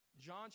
John